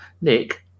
Nick